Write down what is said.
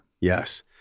Yes